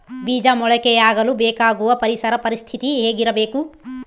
ಬೇಜ ಮೊಳಕೆಯಾಗಲು ಬೇಕಾಗುವ ಪರಿಸರ ಪರಿಸ್ಥಿತಿ ಹೇಗಿರಬೇಕು?